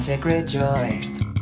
rejoice